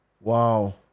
Wow